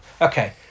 Okay